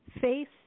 face